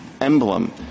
emblem